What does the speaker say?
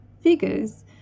figures